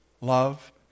love